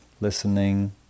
listening